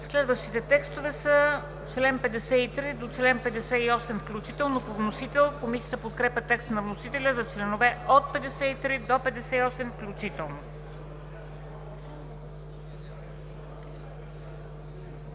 Следващите текстове са членове от 53 до 58 включително по вносител. Комисията подкрепя текста на вносителя за членове от 53 до 58 включително.